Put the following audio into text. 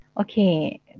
Okay